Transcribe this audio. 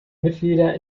mitglieder